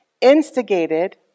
instigated